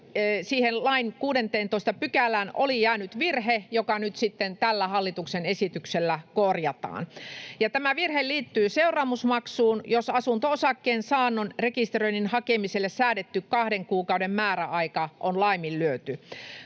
16 §:ään oli jäänyt virhe, joka nyt sitten tällä hallituksen esityksellä korjataan. Tämä virhe liittyy seuraamusmaksuun, jos asunto-osakkeen saannon rekisteröinnin hakemiselle säädetty kahden kuukauden määräaika on laiminlyöty.